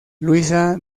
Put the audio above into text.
luisa